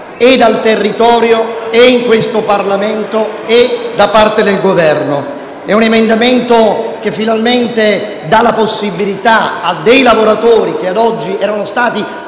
del territorio e in questo Parlamento e da parte del Governo. È un emendamento che finalmente dà la possibilità a dei lavoratori che ad oggi erano stati